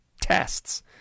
tests